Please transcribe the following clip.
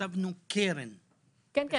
כתבנו קרן בכוונה.